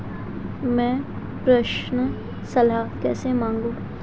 मैं प्रेषण सलाह कैसे मांगूं?